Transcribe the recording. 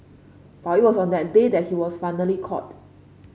but it was on that day that he was finally caught